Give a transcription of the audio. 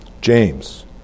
James